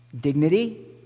dignity